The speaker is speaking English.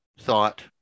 thought